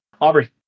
Aubrey